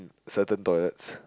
certain toilets